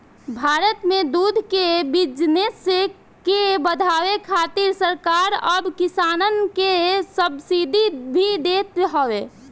भारत में दूध के बिजनेस के बढ़ावे खातिर सरकार अब किसानन के सब्सिडी भी देत हवे